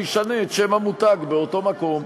הוא ישנה את שם המותג באותו מקום.